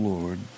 Lord